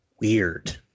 weird